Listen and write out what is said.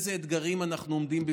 ראינו בפני איזה אתגרים אנחנו עומדים,